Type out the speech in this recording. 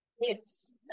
Yes